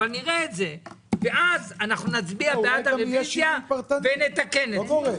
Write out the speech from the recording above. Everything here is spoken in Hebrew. ואז נצביע בעד הרביזיה ונתקן את זה.